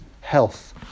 health